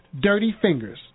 dirtyfingers